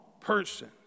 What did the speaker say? person